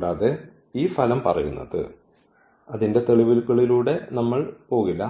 കൂടാതെ ഈ ഫലം പറയുന്നത് അതിൻറെ തെളിവിലൂടെ നമ്മൾ പോകില്ല